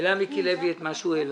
העלה מיקי לוי את מה שהוא העלה.